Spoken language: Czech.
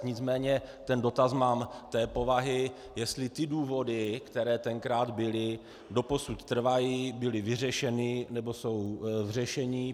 Nicméně dotaz mám té povahy, jestli ty důvody, které tenkrát byly, doposud trvají, byly doposud vyřešeny nebo jsou v řešení.